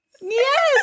Yes